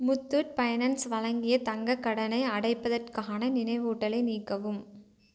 Muthoot finance வழங்கிய தங்கக் கடனை அடைப்பதற்கான நினைவூட்டலை நீக்கவும்